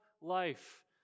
life